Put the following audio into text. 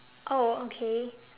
oh okay